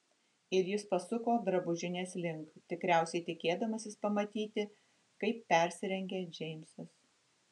ir jis pasuko drabužinės link tikriausiai tikėdamasis pamatyti kaip persirengia džeimsas